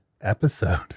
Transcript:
episode